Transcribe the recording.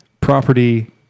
property